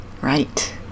Right